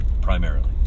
Primarily